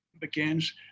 begins